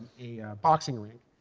a boxing ring,